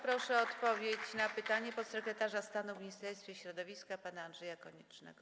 Proszę o odpowiedź na pytanie podsekretarza stanu w Ministerstwie Środowiska pana Andrzeja Koniecznego.